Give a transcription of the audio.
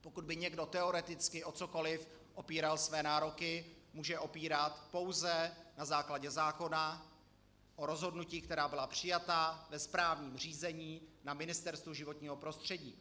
Pokud by někdo teoreticky o cokoliv opíral své nároky, může je opírat pouze na základě zákona o rozhodnutí, která byla přijata ve správním řízení na Ministerstvu životního prostředí.